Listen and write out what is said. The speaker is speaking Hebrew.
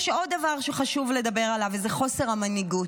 יש עוד דבר שחשוב לדבר עליו וזה חוסר המנהיגות.